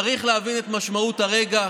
צריך להבין את משמעות הרגע.